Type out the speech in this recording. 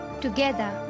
together